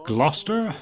Gloucester